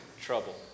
trouble